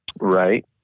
Right